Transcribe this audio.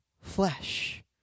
flesh